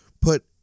put